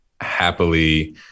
happily